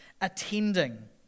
attending